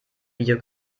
video